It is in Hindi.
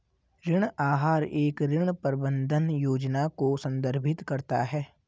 ऋण आहार एक ऋण प्रबंधन योजना को संदर्भित करता है